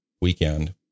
weekend